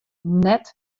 net